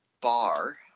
bar